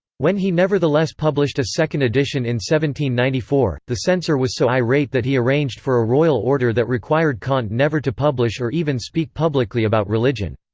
when he nevertheless published a second edition in one ninety four, the censor was so irate that he arranged for a royal order that required kant never to publish or even speak publicly about religion.